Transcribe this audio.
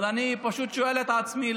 אבל אני פשוט שואל את עצמי,